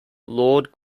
lord